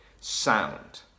sound